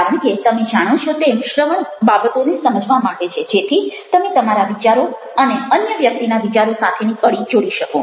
કારણ કે તમે જાણો છો તેમ શ્રવણ બાબતોને સમજવા માટે છે જેથી તમે તમારા વિચારો અને અન્ય વ્યક્તિના વિચારો સાથેની કડી જોડી શકો